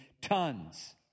tons